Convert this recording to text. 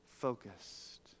Focused